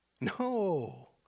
No